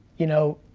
you know.